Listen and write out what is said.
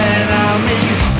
enemies